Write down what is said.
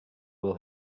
will